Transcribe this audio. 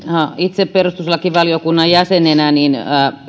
itse perustuslakivaliokunnan jäsenenä totean että